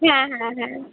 হ্যাঁ হ্যাঁ হ্যাঁ